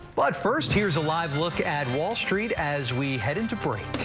but first here's a live look at wall street as we head into